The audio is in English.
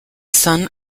son